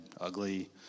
Ugly